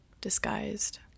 disguised